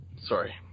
Sorry